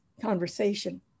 conversation